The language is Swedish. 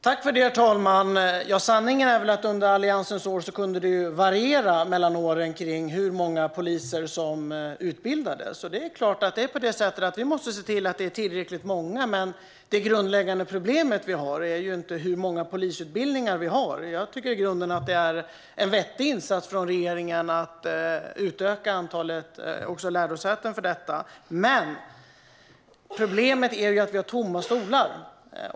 Herr talman! Sanningen är att under Alliansens år kunde antalet poliser som utbildades variera från år till år. Det är klart att vi måste se till att det är tillräckligt många, men det grundläggande problemet är inte hur många polisutbildningar vi har. Jag tycker i grunden att det är en vettig insats från regeringen att utöka antalet lärosäten för detta, men problemet är ju att vi har tomma stolar.